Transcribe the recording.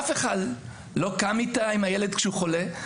אף אחד לא קם איתה כשהילד חולה,